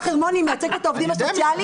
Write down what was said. וענבל חרמוני מייצגת את העובדים הסוציאליים,